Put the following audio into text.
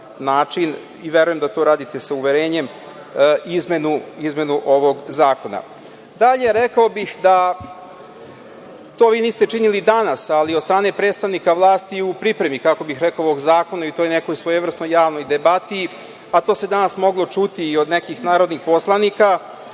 način i verujem da to radite sa uverenjem – izmenu ovog zakona. Dalje, rekao bih da to vi niste činili danas, ali od strane predstavnika vlasti je u pripremi, kako bih rekao, ovog zakona i u toj nekoj svojevrsnoj javnoj debati, pa to se danas moglo čuti i od nekih narodnih poslanika,